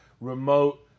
remote